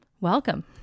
welcome